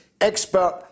Expert